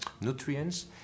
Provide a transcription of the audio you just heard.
nutrients